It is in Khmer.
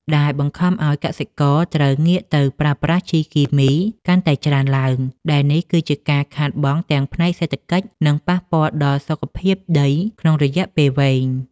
ដែលបង្ខំឱ្យកសិករត្រូវងាកទៅប្រើប្រាស់ជីគីមីកាន់តែច្រើនឡើង ដែលនេះគឺជាការខាតបង់ទាំងផ្នែកសេដ្ឋកិច្ច និងប៉ះពាល់ដល់សុខភាពដីក្នុងរយៈពេលវែង។